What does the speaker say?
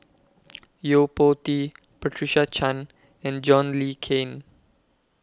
Yo Po Tee Patricia Chan and John Le Cain